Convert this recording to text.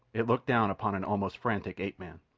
it looked down upon an almost frantic ape-man.